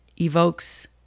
evokes